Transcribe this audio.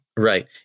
Right